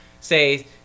say